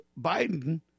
Biden